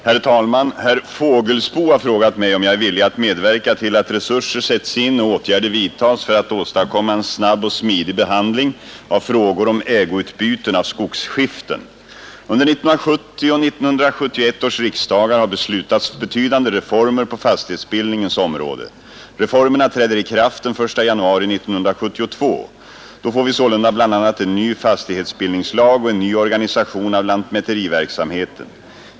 Herr talman! Herr Fågelsbo har frågat mig om jag är villig att medverka till att resurser sätts in och åtgärder vidtas för att åstadkomma en snabb och smidig behandling av frågor om ägoutbyten av skogsskiften. Under 1970 och 1971 års riksdagar har beslutats betydande reformer på fastighetsbildningens område. Reformerna träder i kraft den 1 januari 1972. Då får vi sålunda bl.a. en ny fastighetsbildningslag och en ny organisation av lantmäteriverksamheten.